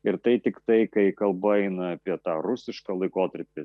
ir tai tiktai kai kalba eina apie tą rusišką laikotarpį